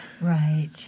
Right